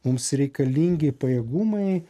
mums reikalingi pajėgumai